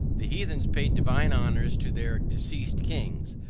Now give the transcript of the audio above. the heathens paid divine honors to their deceased kings,